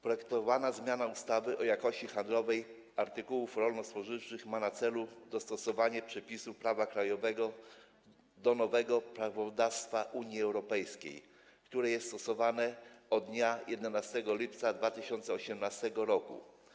Projektowana zmiana ustawy o jakości handlowej artykułów rolno-spożywczych ma na celu dostosowanie przepisów prawa krajowego do nowego prawodawstwa Unii Europejskiej, które jest stosowane od dnia 11 lipca 2018 r.